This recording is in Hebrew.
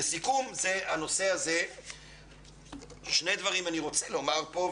לסיכום, שני דברים אני רוצה לומר פה.